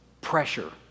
pressure